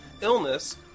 illness